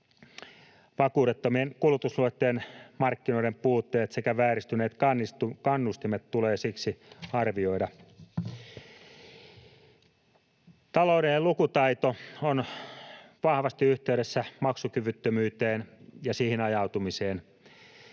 Vakuudettomien kulutusluottojen markkinoiden puutteet sekä vääristyneet kannustimet tulee siksi arvioida. Taloudellinen lukutaito on vahvasti yhteydessä maksukyvyttömyyteen ja siihen ajautumiseen.